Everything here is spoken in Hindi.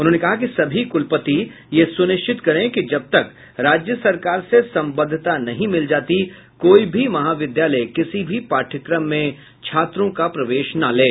उन्होंने कहा कि सभी कुलपति यह सुनिश्चित करें कि जबतक राज्य सरकार से संबद्धता नहीं मिल जाती कोई भी महाविद्यालय किसी भी पाठ्यक्रम में छात्रों का प्रवेश न लें